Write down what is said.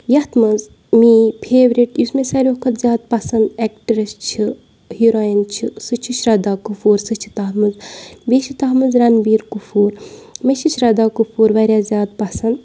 یَتھ منٛز میٲنۍ فیورِٹ یُس مےٚ ساروی کھۄتہٕ زیادٕ پَسند ایٚکٹرس چھِ ہیٖرویِن چھِ سُہ چھِ شردا کٔپوٗر سُہ چھِ تَتھ منٛز بیٚیہِ چھُ تَتھ منٛز رَنویٖر کٔپوٗر مےٚ چھِ شردا کٔپوٗر واریاہ زیادٕ پَسند